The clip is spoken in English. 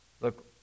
Look